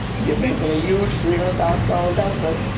you're making a huge three hundred thousand dollar investment,